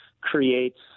creates –